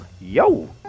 yo